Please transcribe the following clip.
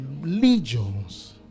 Legions